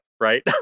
Right